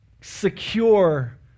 secure